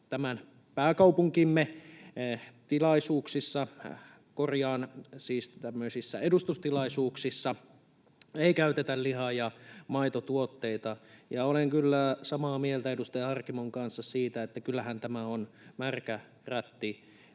että pääkaupunkimme edustustilaisuuksissa ei käytetä lihaa ja maitotuotteita, ja olen kyllä samaa mieltä edustaja Harkimon kanssa siitä, että kyllähän tämä on märkä rätti